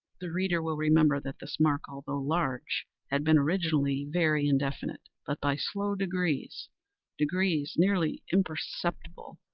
the reader will remember that this mark, although large, had been originally very indefinite but, by slow degrees degrees nearly imperceptible,